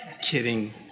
Kidding